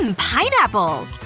um pineapple!